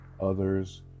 others